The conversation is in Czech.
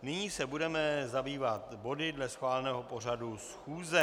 Nyní se budeme zabývat body dle schváleného pořadu schůze.